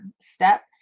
step